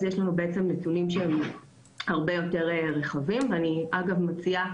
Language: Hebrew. אז יש לנו בעצם נתונים שהם הרבה יותר רחבים ואני אגב מציעה